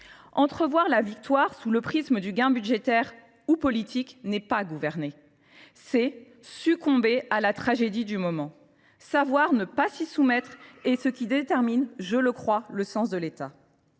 Entrevoir la victoire sous le prisme du gain budgétaire ou politique, ce n’est pas gouverner : c’est succomber à la tragédie du moment. Savoir ne pas s’y soumettre est ce qui détermine, à mon sens, le sens de l’État.